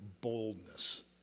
boldness